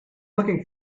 looking